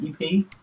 EP